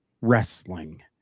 wrestling